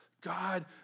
God